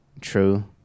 True